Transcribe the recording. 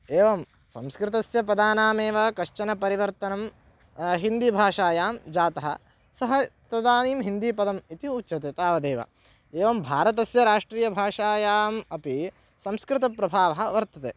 एवं संस्कृतस्य पदानामेव कश्चन परिवर्तनं हिन्दीभाषायां जातः सः तदानीं हिन्दीपदम् इति उच्यते तावदेव एवं भारतस्य राष्ट्रीयभाषायाम् अपि संस्कृतप्रभावः वर्तते